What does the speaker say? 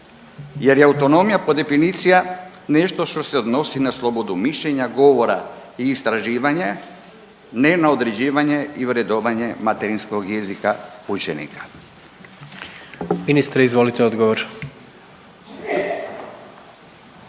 jer je autonomija po definicija nešto što se odnosi na slobodu mišljenja, govora i istraživanja, ne na određivanje i vredovanje materinskog jezika učenika.